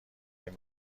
این